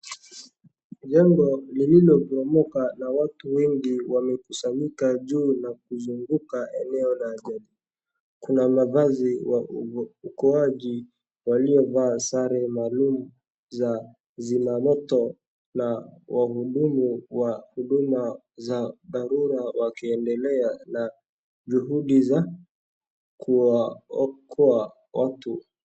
Jengo lililobomoka na watu wengi wamekusanyika juu na kuzunguka eneo la ajali. Kuna mavazi waokoaji waliovaa sare maalum za zimamoto na wahudumu wa huduma za dharura wakiendelea na juhudi za kuwaokoa watu.